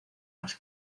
más